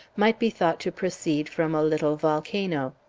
might be thought to proceed from a little volcano.